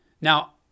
Now